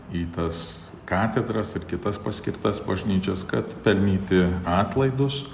į tas katedras ir kitas paskirtas bažnyčias kad pelnyti atlaidus